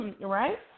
right